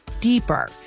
deeper